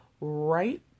right